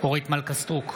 אורית מלכה סטרוק,